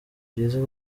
byiza